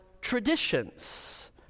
traditions